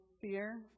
fear